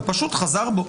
הוא פשוט חזר בו.